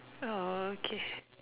orh okay